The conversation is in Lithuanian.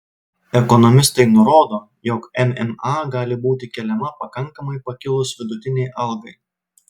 ekonomistai nurodo jog mma gali būti keliama pakankamai pakilus vidutinei algai